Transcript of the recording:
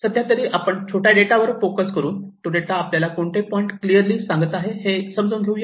सध्यातरी आपण छोट्या डेटा वर फोकस करून तो डेटा आपल्याला कोणते पॉईंट क्लिअरली सांगत आहे ते समजून घेऊ